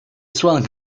swelling